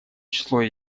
число